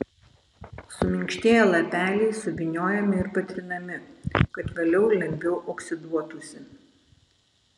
suminkštėję lapeliai suvyniojami ir patrinami kad vėliau lengviau oksiduotųsi